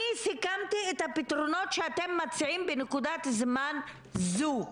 אני סיכמתי את הפתרונות שאתם מציעים בנקודת זמן זו.